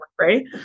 right